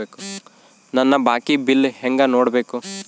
ನನ್ನ ಬಾಕಿ ಬಿಲ್ ಹೆಂಗ ನೋಡ್ಬೇಕು?